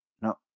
No